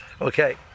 Okay